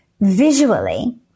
visually